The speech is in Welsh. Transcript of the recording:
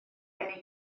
gen